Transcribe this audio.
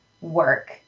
work